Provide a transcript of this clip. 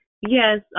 Yes